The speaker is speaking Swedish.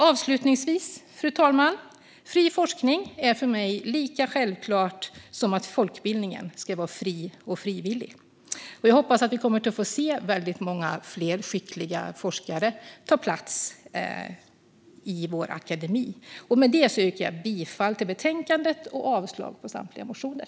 Avslutningsvis, fru talman, är fri forskning för mig lika självklart som att folkbildningen ska vara fri och frivillig. Jag hoppas att vi kommer att få se väldigt många fler skickliga forskare ta plats i vår akademi. Med detta yrkar jag bifall till förslaget i betänkandet och avslag på samtliga motioner.